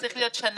אדוני היושב-ראש,